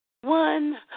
one